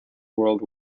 world